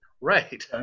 right